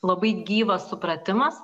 labai gyvas supratimas